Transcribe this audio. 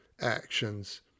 actions